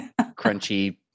crunchy